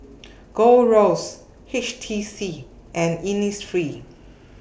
Gold Roast H T C and Innisfree